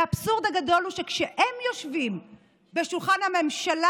והאבסורד הגדול הוא שכשהם יושבים בשולחן הממשלה,